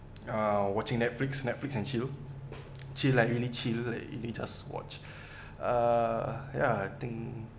uh watching netflix netflix and chill chill like really chill like really just watch uh ya I think